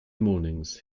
mornings